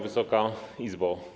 Wysoka Izbo!